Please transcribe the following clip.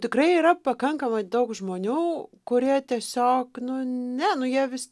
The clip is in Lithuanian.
tikrai yra pakankamai daug žmonių kurie tiesiog nu ne nu jie vis